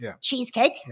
cheesecake